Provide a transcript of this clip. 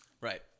right